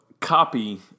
Copy